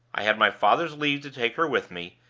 i had my father's leave to take her with me,